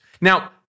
Now